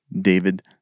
David